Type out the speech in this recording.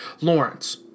Lawrence